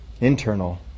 internal